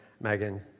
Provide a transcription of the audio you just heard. Megan